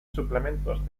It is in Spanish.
suplementos